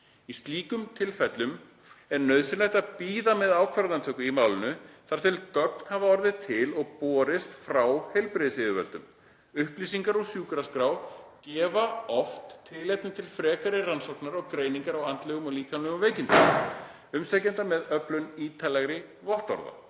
Í slíkum tilfellum er nauðsynlegt að bíða með ákvarðanatöku í málinu þar til gögn hafa orðið til og borist frá heilbrigðisyfirvöldum. Upplýsingar úr sjúkraskrá gefa oft tilefni til frekari rannsóknar og greiningar á andlegum og líkamlegum veikindum umsækjenda með öflun ítarlegri vottorða.